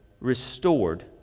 restored